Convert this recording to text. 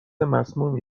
مسمومی